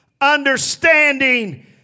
understanding